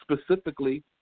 specifically